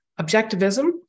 Objectivism